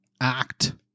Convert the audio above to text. Act